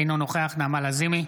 אינו נוכח נעמה לזימי,